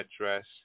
address